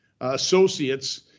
associates